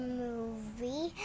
movie